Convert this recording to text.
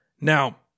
Now